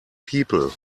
people